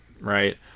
right